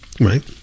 right